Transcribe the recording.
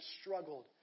struggled